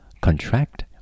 contract